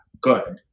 good